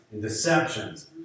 Deceptions